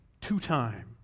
two-time